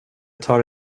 tar